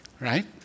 right